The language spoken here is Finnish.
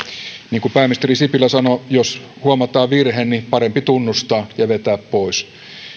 niin kuin pääministeri sipilä sanoi jos huomataan virhe niin parempi tunnustaa ja vetää pois ei